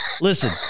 listen